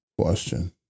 question